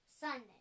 Sunday